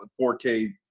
4K